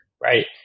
right